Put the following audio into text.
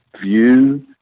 view